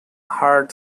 heart